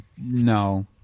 No